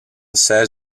says